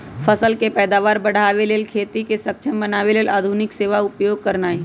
फसल के पैदावार बढ़ाबे लेल आ खेती के सक्षम बनावे लेल आधुनिक सेवा उपयोग करनाइ